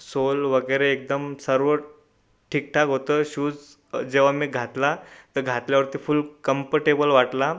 soul वगैरे एकदम सर्व ठीकठाक होतं शूज जेव्हा मी घातला तर घातल्यावरती फुल कंपटेबल वाटला